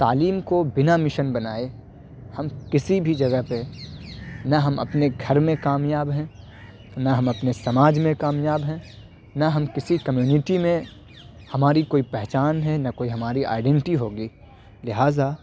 تعلیم کو بنا مشن بنائے ہم کسی بھی جگہ پہ نہ ہم اپنے گھر میں کامیاب ہیں نہ ہم اپنے سماج میں کامیاب ہیں نہ ہم کسی کمیونٹی میں ہماری کوئی پہچان ہے نہ کوئی ہماری آئیڈینٹیٹی ہوگی لہٰذا